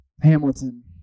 Hamilton